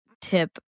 tip